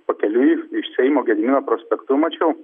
pakeliui iš seimo gedimino prospektu mačiau